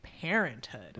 parenthood